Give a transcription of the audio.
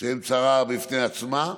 שהם צרה בפני עצמה.